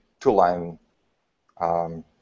two-line